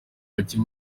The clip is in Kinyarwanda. bake